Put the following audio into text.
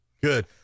Good